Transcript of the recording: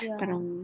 parang